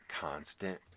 constant